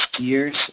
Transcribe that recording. years